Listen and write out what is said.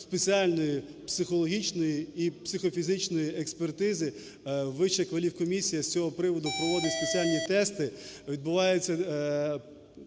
спеціальної психологічної і психофізичної експертизи. Вищакваліфкомісія з цього приводу проводить спеціальні тести,